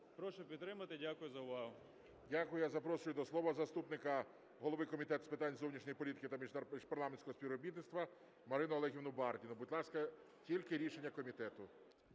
Прошу підтримати. Дякую за увагу. ГОЛОВУЮЧИЙ. Дякую. Я запрошую до слова заступника голови Комітету з питань зовнішньої політики та міжпарламентського співробітництва Марину Олегівну Бардіну. Будь ласка, тільки рішення комітету.